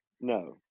No